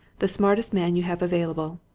the smartest man you have available.